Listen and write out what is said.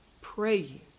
praying